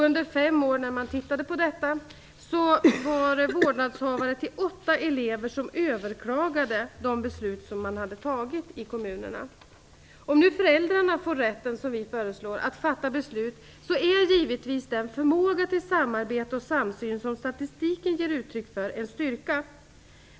Under en period av fem år överklagade vårdnadshavare till åtta elever de beslut man hade fattat i kommunerna. Om nu föräldrarna får rätten att fatta beslut, som vi föreslår, är den förmåga till samarbete och samsyn som statistiken ger uttryck för givetvis en styrka.